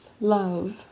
love